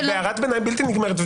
את בהערת ביניים בלתי נגמרת.